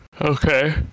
Okay